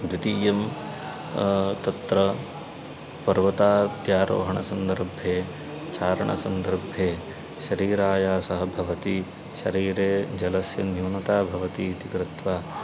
द्वितीयं तत्र पर्वताद्यारोहणसन्दर्भे चारणसन्दर्भे शरीरायासः भवति शरीरे जलस्य न्यूनता भवति इति कृत्वा